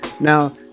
Now